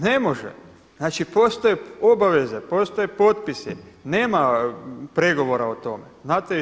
Ne može, znači postoje obaveze, postoje potpisi, nema pregovora o tome znate i sami.